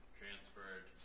transferred